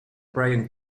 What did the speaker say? brian